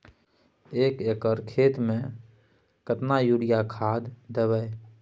एक एकर खेत मे केतना यूरिया खाद दैबे?